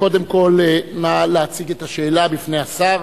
קודם כול נא להציב את השאלה בפני השר,